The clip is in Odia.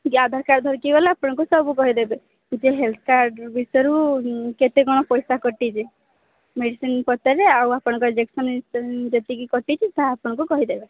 କି ଆଧାର କାର୍ଡ଼ ଧରିକି ଗଲେ ଆପଣଙ୍କୁ ସବୁ କହିଦେବେ ନିଜେ ହେଲ୍ଥ କାର୍ଡ଼ ବିଷୟରୁ କେତେ କ'ଣ ପଇସା କଟିଛି ମେଡ଼ିସିନ ପଚାରେଲେ ଆଉ ଆପଣଙ୍କ ଇଞ୍ଜେକ୍ସନ୍ ଯେତିକି କଟିଛି ତାହା ଆପଣଙ୍କୁ କହିଦେବେ